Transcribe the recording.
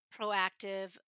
proactive